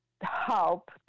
help